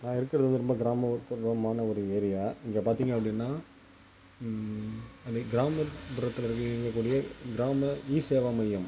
நான் இருக்கிறது வந்து ரொம்ப கிராமப்புறமான ஒரு ஏரியா எங்கே பார்த்தீங்க அப்படின்னா கிராமப்புறத்தில் வந்து இருக்கக்கூடிய கிராம இ சேவை மையம்